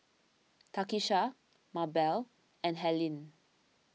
Takisha Mabelle and Helene